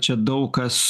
čia daug kas